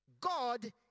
God